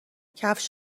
کفش